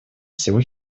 всего